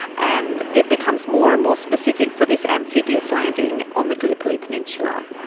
and it becomes more and more specific for this amphibious landing on the gallipoli peninsula.